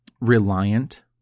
reliant